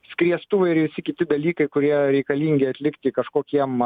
skriestuvai ir visi kiti dalykai kurie reikalingi atlikti kažkokiem